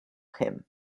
him